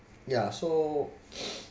yeah so